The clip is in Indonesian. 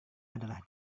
adalah